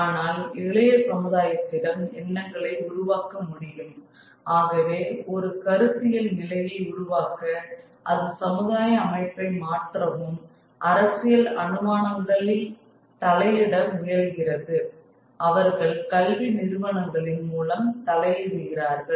ஆனால் இளைய சமுதாயத்திடம் எண்ணங்களை உருவாக்க முடியும் ஆகவே ஒரு கருத்தியல் நிலையை உருவாக்க அது சமுதாய அமைப்பை மாற்றவும் அரசியல் அனுமானங்கள் இல் தலையிட முயல்கிறது அவர்கள் கல்வி நிறுவனங்களின் மூலம் தலை இடுகிறார்கள்